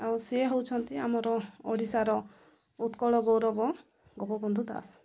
ଆଉ ସିଏ ହଉଛନ୍ତି ଆମର ଓଡ଼ିଶାର ଉତ୍କଳ ଗୌରବ ଗୋପବନ୍ଧୁ ଦାସ